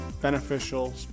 beneficial